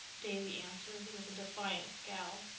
davy answered with a defiant scowl.